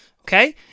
Okay